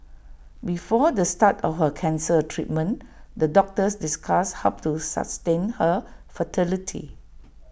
before the start of her cancer treatment the doctors discussed how to sustain her fertility